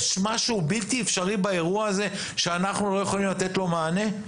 יש משהו בלתי אפשרי באירוע הזה שאנחנו לא יכולים לתת לו מענה?